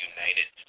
United